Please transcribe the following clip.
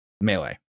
melee